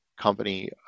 company